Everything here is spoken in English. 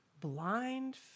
blind